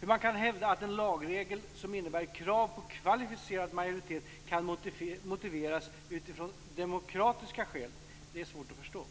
Hur man kan hävda att en lagregel som innebär krav på kvalificerad majoritet kan motiveras utifrån demokratiska skäl är svårt att förstå.